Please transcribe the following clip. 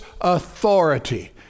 authority